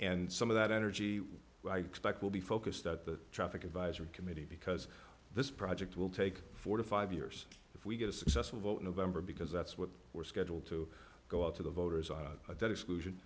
and some of that energy i expect will be focused at the traffic advisory committee because this project will take four to five years if we get a successful vote in november because that's what we're scheduled to go out to the voters on that exclusion